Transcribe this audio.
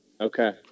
Okay